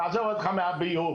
תעזוב אותך מהביוב,